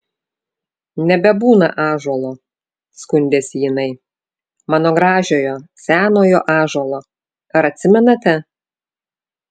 nebebūna ąžuolo skundėsi jinai mano gražiojo senojo ąžuolo ar atsimenate